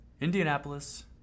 Indianapolis